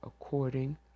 according